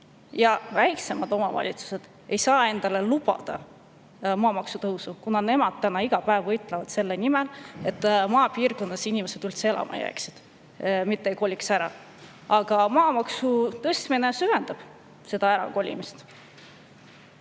Väiksemad omavalitsused ei saa endale lubada maamaksu tõstmist, kuna nad iga päev võitlevad selle nimel, et maapiirkondadesse inimesed üldse elama jääksid, mitte ei koliks ära. Aga maamaksu tõstmine süvendab ärakolimist.